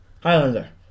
Highlander